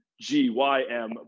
G-Y-M